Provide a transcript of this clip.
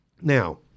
Now